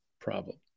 problem